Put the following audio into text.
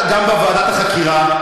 גם בוועדת החקירה,